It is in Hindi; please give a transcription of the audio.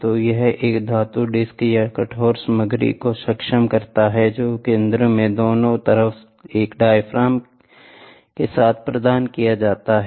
तो यह एक धातु डिस्क या कठोर सामग्री को सक्षम करता है जो केंद्र में दोनों तरफ एक डायाफ्राम के साथ प्रदान किया जाता है